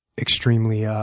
extremely yeah